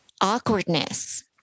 awkwardness